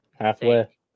Halfway